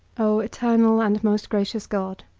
o eternal and most gracious god,